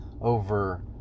over